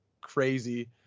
crazy